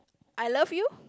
I love you